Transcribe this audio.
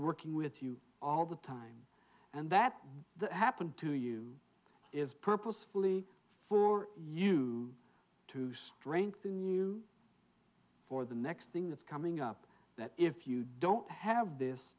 working with you all the time and that that happened to you is purposefully for you to strengthen you for the next thing that's coming up that if you don't have this